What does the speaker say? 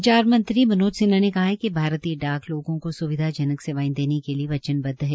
संचार मंत्री मनोज सिन्हा ने कहा है कि भारतीय डाक लोगों को स्विधाजनक सेवाएं देने के लिए वचनबद्ध है